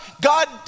God